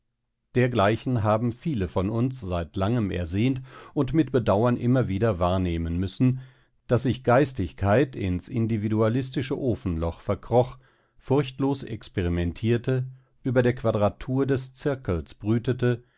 dergleichen haben viele von uns seit langem ersehnt und mit bedauern immer wieder wahrnehmen müssen daß sich geistigkeit ins individualistische ofenloch verkroch fruchtlos experimentierte über der quadratur des zirkels brütete